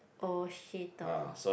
oh cheater